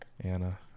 Anna